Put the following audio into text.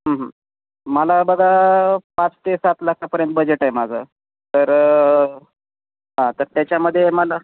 मला बघा पाच ते सात लाखापर्यंत बजेट आहे माझं तर हा तर त्याच्यामध्ये मला